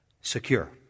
secure